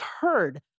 heard